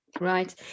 Right